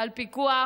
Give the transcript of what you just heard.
פיקוח